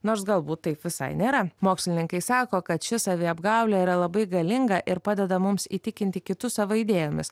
nors galbūt taip visai nėra mokslininkai sako kad ši saviapgaulė yra labai galinga ir padeda mums įtikinti kitus savo idėjomis